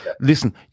Listen